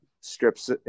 strips